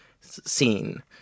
scene